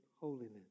holiness